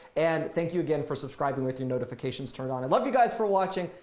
and thank you again for subscribing with your notifications turned on. i love you guys for watching.